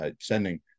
sending